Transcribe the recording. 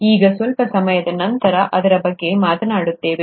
ನಾವು ಈಗ ಸ್ವಲ್ಪ ಸಮಯದ ನಂತರ ಅದರ ಬಗ್ಗೆ ಮಾತನಾಡುತ್ತೇವೆ